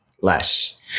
less